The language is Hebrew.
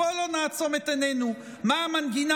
בוא לא נעצום את עינינו למה המנגינה